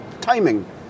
timing